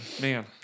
Man